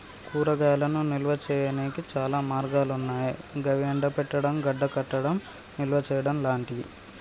కూరగాయలను నిల్వ చేయనీకి చాలా మార్గాలన్నాయి గవి ఎండబెట్టడం, గడ్డకట్టడం, నిల్వచేయడం లాంటియి